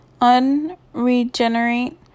unregenerate